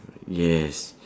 yes